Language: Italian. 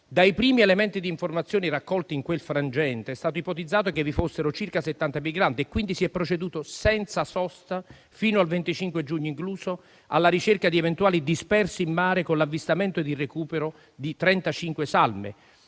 Dai primi elementi di informazione raccolti in quel frangente è stato ipotizzato che vi fossero circa 70 migranti e quindi si è proceduto senza sosta fino al 25 giugno incluso alla ricerca di eventuali dispersi in mare con l'avvistamento ed il recupero di 35 salme.